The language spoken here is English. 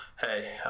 Hey